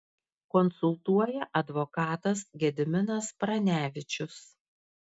konsultuoja advokatas gediminas pranevičius